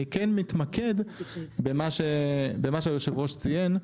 אני כן מתמקד במה שהיושב ראש ציין,